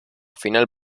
final